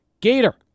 Gator